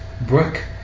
Brooke